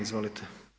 Izvolite.